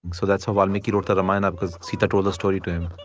so that's how valmiki wrote the ramayana, because sita told the story to him.